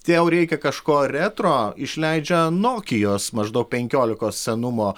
tiau reikia kažko retro išleidžia nokijos maždaug penkiolikos senumo